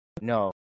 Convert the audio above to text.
No